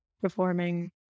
performing